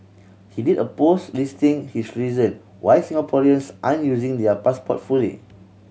he did a post listing his reason why Singaporeans aren't using their passport fully